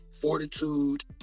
fortitude